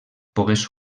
pogués